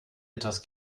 etwas